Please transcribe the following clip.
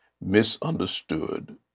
misunderstood